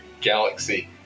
Galaxy